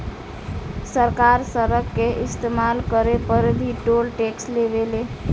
सरकार सड़क के इस्तमाल करे पर भी टोल टैक्स लेवे ले